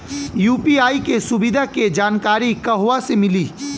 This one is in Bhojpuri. यू.पी.आई के सुविधा के जानकारी कहवा से मिली?